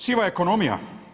Siva ekonomija.